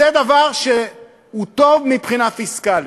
זה דבר שהוא טוב מבחינה פיסקלית.